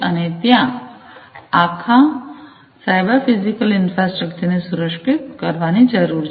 અને ત્યાં આખા સાયબર ફિઝિકલ ઇન્ફ્રાસ્ટ્રક્ચરને સુરક્ષિત કરવાની જરૂર છે